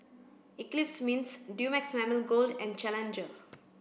Eclipse Mints Dumex Mamil Gold and Challenger